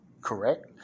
Correct